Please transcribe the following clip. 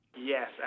Yes